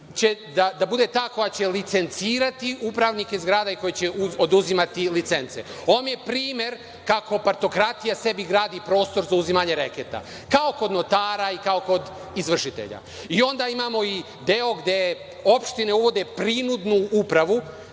da bude ta koja će licencirati upravnike zgrada i koja će oduzimati licence. Ovo vam je primer kako partokratija sebi gradi prostor za uzimanje reketa. Kao kod notara i kao kod izvršitelja. Onda imamo i deo gde opštine uvode prinudnu upravu,